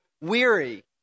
weary